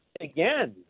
again